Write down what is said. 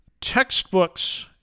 textbooks